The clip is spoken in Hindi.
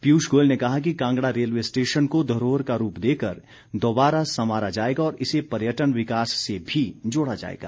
पीयूष गोयल ने कहा कि कांगड़ा रेलवे स्टेशन को धरोहर का रूप देकर दोबारा संवारा जाएगा और इसे पर्यटन विकास से भी जोड़ा जाएगा